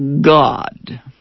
God